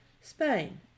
Spain